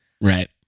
Right